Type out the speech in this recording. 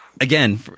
again